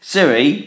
Siri